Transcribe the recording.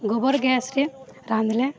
ଗୋବର ଗ୍ୟାସ୍ରେ ରାନ୍ଧିଲେ